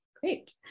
Great